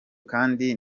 kandi